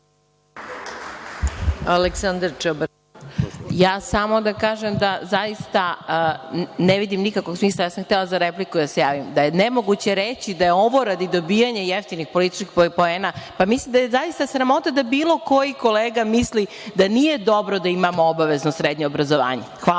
**Aleksandra Čabraja** Samo da kažem da zaista ne vidim nikakvog smisla. Ja sam htela za repliku da se javim. Nemoguće je reći da je ovo radi dobijanja jeftinih političkih poena. Mislim da je zaista sramota da bilo koji kolega misli da nije dobro da imamo obavezno srednje obrazovanje. Hvala.